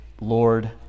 Lord